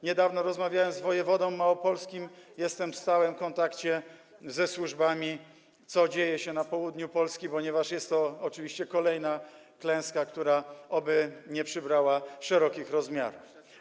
Niedawno rozmawiałem też z wojewodą małopolskim - jestem w stałym kontakcie ze służbami - co dzieje się na południu Polski, ponieważ jest to oczywiście kolejna klęska, która oby nie przybrała szerokich rozmiarów.